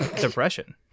depression